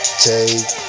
take